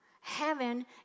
heaven